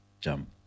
jump